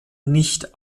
nicht